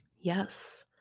Yes